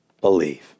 believe